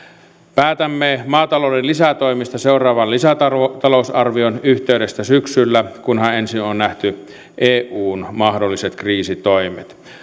päätämme maatalouden lisätoimista seuraavan lisätalousarvion yhteydessä syksyllä kunhan ensin on on nähty eun mahdolliset kriisitoimet